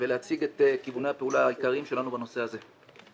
ולהציג את כיווני הפעולה העיקריים שלנו בנושא הזה.